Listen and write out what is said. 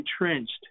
entrenched